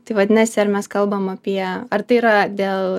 tai vadinasi ar mes kalbam apie ar tai yra dėl